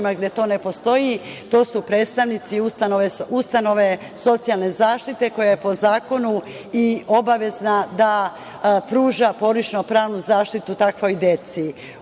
gde to ne postoji, to su predstavnici ustanove socijalne zaštite, koja po zakonu i obavezna da pruža porodično pravnu zaštitu takvoj deci.U